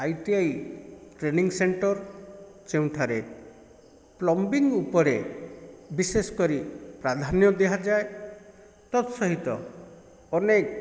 I T I training centre ଯେଉଁଠାରେ plumbing ଉପରେ ବିଶେଷ କରି ପ୍ରଧ୍ୟାନ୍ୟ ଦିଆଯାଏ ତତ୍ ସହିତ ଅନେକ